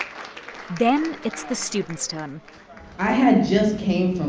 then it's the students' turn i had just came